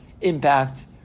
impact